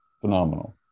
Phenomenal